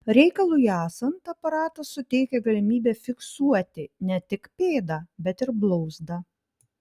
reikalui esant aparatas suteikia galimybę fiksuoti ne tik pėdą bet ir blauzdą